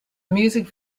music